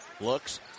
Looks